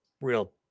real